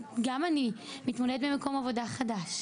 גם אני מתמודדת עם מקום עבודה חדש,